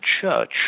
church